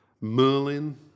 Merlin